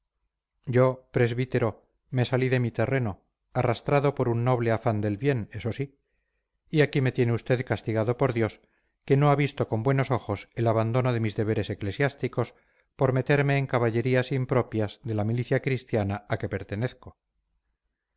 yo presbítero me salí de mi terreno arrastrado por un noble afán del bien eso sí y aquí me tiene usted castigado por dios que no ha visto con buenos ojos el abandono de mis deberes eclesiásticos por meterme en caballerías impropias de la milicia cristiana a que pertenezco